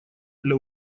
для